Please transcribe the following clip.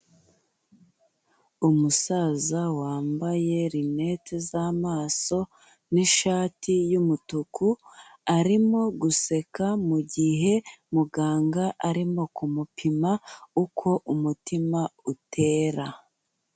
Umusaza wambaye lunette z'amaso n'ishati y'umutuku, arimo guseka mu gihe muganga arimo kumupima uko umutima utera.